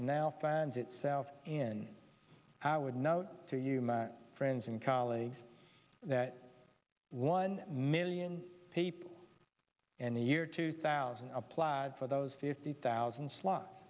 now finds itself in i would note to you my friends and colleagues that one million people and the year two thousand i applied for those fifty thousand slots